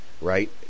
right